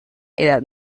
edad